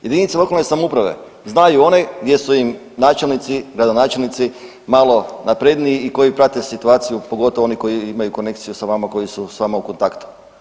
Jedinice lokalne samouprave znaju one gdje su im načelnici, gradonačelnici malo napredniji i koji prate situaciju pogotovo oni koji imaju konekciju sa vama, koji su sa vama u kontaktu.